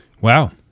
Wow